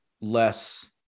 less